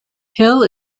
hill